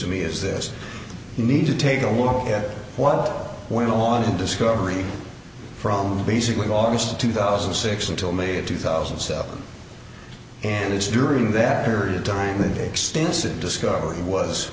to me is this need to take a look at what went on in discovery from basically august of two thousand and six until may of two thousand and seven and it's during that period during the day extensive discovery was